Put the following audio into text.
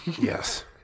Yes